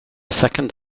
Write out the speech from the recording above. second